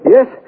Yes